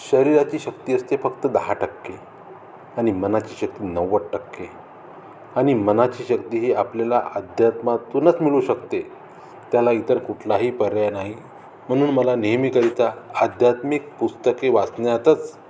शरीराची शक्ती असते फक्त दहा टक्के आणि मनाची शक्ती नव्वद टक्के आणि मनाची शक्ती ही आपल्याला अध्यात्मातूनच मिळू शकते त्याला इतर कुठलाही पर्याय नाही म्हणून मला नेहमीकरिता अध्यात्मिक पुस्तके वाचण्यातच